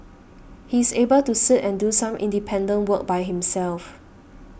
he's able to sit and do some independent work by himself